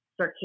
circadian